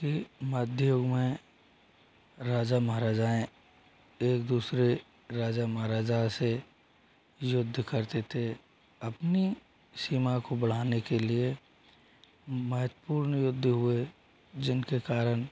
कि मध्य युग में राजा महाराजा एक दूसरे राजा महाराजा से युद्ध करते थे अपनी सीमा को बढ़ाने के लिए महत्वपूर्ण युद्ध हुए जिनके कारण